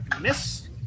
miss